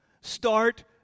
Start